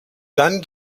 dann